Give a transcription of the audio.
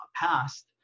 passed